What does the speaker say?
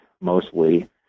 mostly